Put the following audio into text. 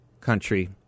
country